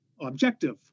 objective